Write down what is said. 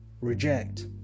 reject